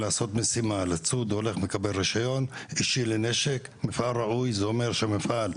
מפעל ראוי זה אומר שהמפעל,